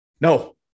No